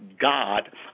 God